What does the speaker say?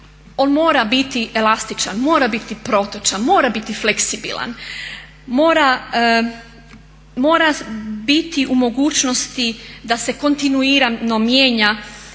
on mora biti elastičan, mora biti protočan, mora biti fleksibilan, mora biti u mogućnosti da se kontinuirano mijenja